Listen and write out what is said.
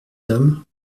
hommes